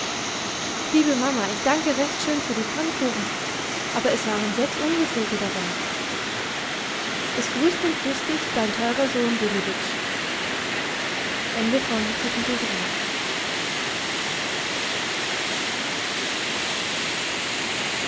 liebe mama ich danke recht schön für die pfannkuchen aber es waren sechs ungefüllte dabei es grüßt und küßt dich dein teurer sohn williwitsch